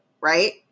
right